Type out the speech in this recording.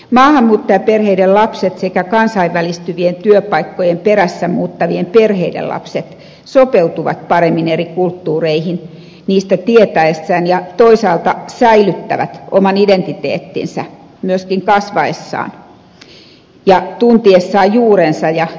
maahanmuuttajaperheiden lapset sekä kansainvälistyvien työpaikkojen perässä muuttavien perheiden lapset sopeutuvat paremmin eri kulttuureihin niistä tietäessään ja toisaalta säilyttävät oman identiteettinsä myöskin kasvaessaan ja tuntiessaan juurensa ja oman kulttuurinsa